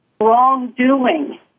wrongdoing